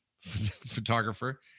photographer